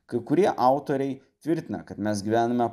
kai kurie autoriai tvirtina kad mes gyvename